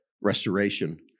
restoration